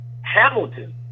Hamilton